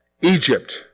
Egypt